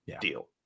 deal